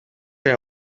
aya